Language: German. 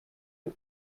ihr